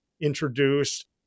introduced